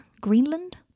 Greenland